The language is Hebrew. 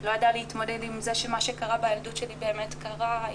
היא לא ידעה להתמודד עם זה שמה שקרה בילדות שלי באמת קרה.